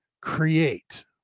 create